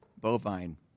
bovine